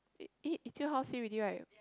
E eh Etude House say already right